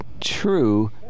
true